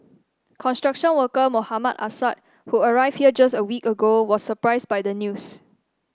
construction worker Mohammad Assad who arrived here just a week ago was surprised by the news